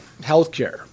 healthcare